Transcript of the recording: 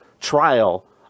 trial